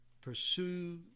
pursue